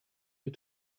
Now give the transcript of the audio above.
you